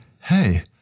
Hey